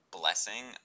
blessing